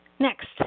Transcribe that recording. Next